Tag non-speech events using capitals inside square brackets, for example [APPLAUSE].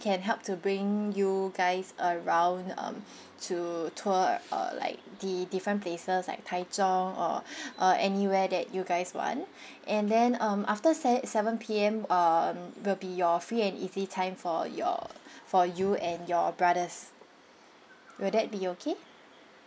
can help to bring you guys around um to tour err like the different places like taichung or err anywhere that you guys want [BREATH] and then um after sev~ seven P_M uh will be your free and easy time for your for you and your brothers will that be okay